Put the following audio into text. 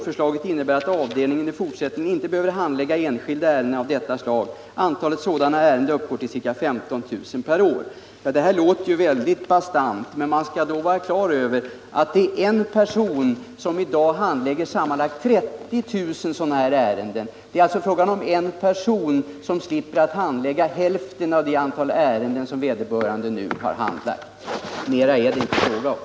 Förslaget innebär att avdelningen i fortsättningen inte behöver handlägga enskilda ärenden av detta slag. Antalet sådana ärenden uppgår till ca 15 000 per år.” Det här låter mycket, men man skall vara på det klara med att en person i dag handlägger sammanlagt 30 000 sådana ärenden. Det är alltså fråga om en person som slipper att handlägga hälften av det antal ärenden som vederbörande nu har handlagt. Mera rör det sig inte om.